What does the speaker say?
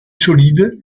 solides